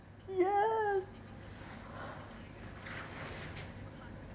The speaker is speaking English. yes